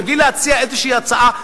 בלי להציע איזו הצעה,